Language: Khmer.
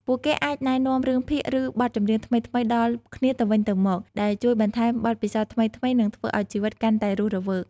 ពួកគេអាចណែនាំរឿងភាគ ឬបទចម្រៀងថ្មីៗដល់គ្នាទៅវិញទៅមកដែលជួយបន្ថែមបទពិសោធន៍ថ្មីៗ និងធ្វើឲ្យជីវិតកាន់តែរស់រវើក។